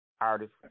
artist